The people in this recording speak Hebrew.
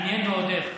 מעניין ועוד איך.